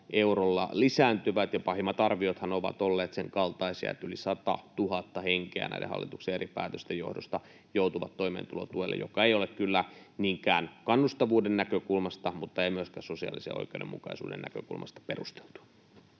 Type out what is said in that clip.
eurolla lisääntyvät. Ja pahimmat arviothan ovat olleet sen kaltaisia, että yli 100 000 henkeä näiden hallituksen eri päätösten johdosta joutuu toimeentulotuelle, mikä ei ole kyllä niinkään kannustavuuden näkökulmasta mutta ei myöskään sosiaalisen oikeudenmukaisuuden näkökulmasta perusteltua.